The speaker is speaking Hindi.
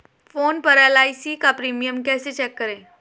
फोन पर एल.आई.सी का प्रीमियम कैसे चेक करें?